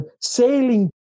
sailing